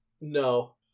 No